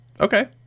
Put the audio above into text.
Okay